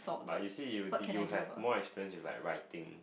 but you see you do you have more expensive like writing